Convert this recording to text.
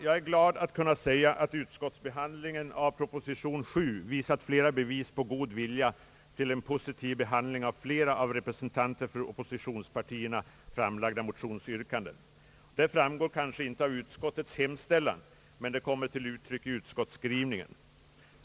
Jag är glad att kunna säga att utskottetsbehandlingen av proposition 7 visat flera bevis på god vilja till en positiv behandling av flera av representanter för oppositionspartierna framlagda motionsyrkanden. «Detta framgår kanske inte av utskottets hemställan, men det kommer till uttryck i utskottets skrivning.